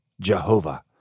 Jehovah